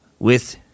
with